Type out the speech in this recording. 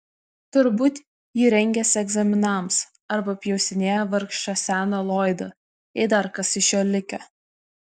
turbūt ji rengiasi egzaminams arba pjaustinėja vargšą seną loydą jei dar kas iš jo likę